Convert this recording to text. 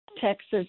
Texas